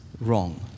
wrong